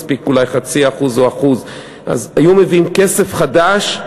מספיק אולי 0.5% או 1%. אז היו מביאים כסף חדש,